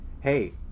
hey